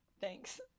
Thanks